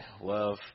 love